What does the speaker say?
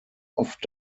oft